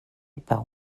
par